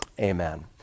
amen